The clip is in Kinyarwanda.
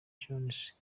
jones